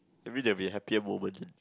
maybe can be happier moment